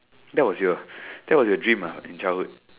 that's was your that was your dream ah in childhood